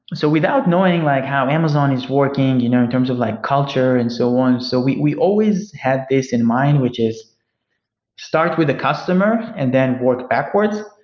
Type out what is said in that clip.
so without knowing like how amazon is working you know in terms of like culture, and so so we we always had this in mind, which is start with a customer and then work backwards.